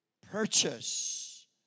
purchase